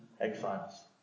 exiles